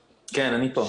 כן, אני פה.